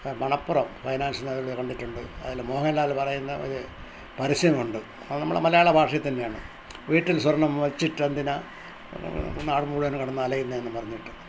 Manappuram finance കണ്ടിട്ടുണ്ട് അതില് മോഹൻലാല് പറയുന്ന ഒരു പരസ്യമുണ്ട് അത് നമ്മുടെ മലയാള ഭാഷയില് തന്നെയാണ് വീട്ടിൽ സ്വർണം വച്ചിട്ടെന്തിന് നാടുമുഴുവനും കിടന്ന് അലയുന്നേന്നും പറഞ്ഞിട്ട്